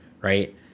right